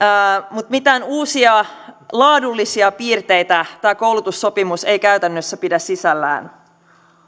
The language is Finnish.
mutta mitään uusia laadullisia piirteitä tämä koulutussopimus ei käytännössä pidä sisällään